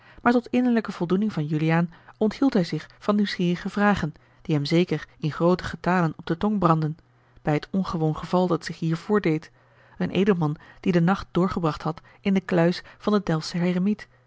maar tot innerlijke voldoening van juliaan onthield hij zich van nieuwsgierige vragen die hem zeker in groote getale op de tong brandden bij het ongewoon geval dat zich hier osboom oussaint ede een edelman die den nacht doorgebracht had in de kluis van den